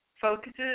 focuses